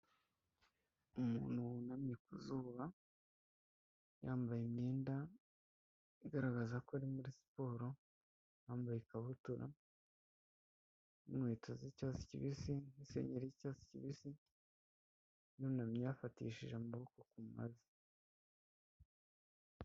Umuntu wunamye ku zuba, yambaye imyenda igaragaza ko ari muri siporo, yambaye ikabutura, n'inkweto z'icyatsi kibisi, n'isengengeri y'icyatsi kibisi, yunamye, yifatishije amaboko ku mavi.